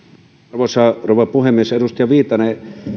arvoisa rouva puhemies edustaja viitanen